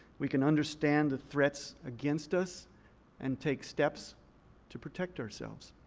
we can understand the threats against us and take steps to protect ourselves.